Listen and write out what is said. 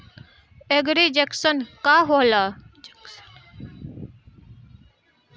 एगरी junction का होला?